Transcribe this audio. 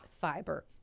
fiber